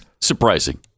surprising